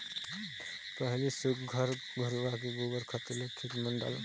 पहिली सुग्घर घुरूवा के गोबर खातू ल खेत म डालन